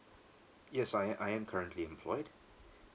yes I a~ I am currently employed